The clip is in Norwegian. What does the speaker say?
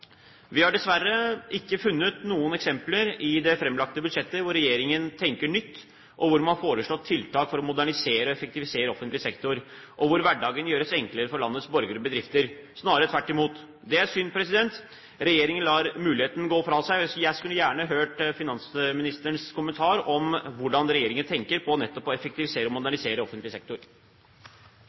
Vi har dessverre ikke funnet noen eksempler i det framlagte budsjettet hvor regjeringen tenker nytt, og hvor man foreslår tiltak for å modernisere og effektivisere offentlig sektor, og hvor hverdagen gjøres enklere for landets borgere og bedrifter – snarere tvert imot. Det er synd! Regjeringen lar muligheten gå fra seg. Jeg skulle gjerne hørt finansministerens kommentar til hvordan regjeringen tenker om nettopp det å modernisere og effektivisere offentlig sektor.